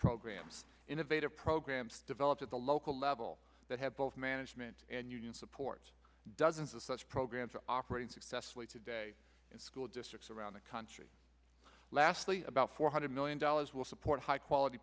programs innovative programs developed at the local level that have both management and union support dozens of such programs to operate successfully today in school districts around the country lastly about four hundred million dollars will support high quality